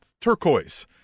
turquoise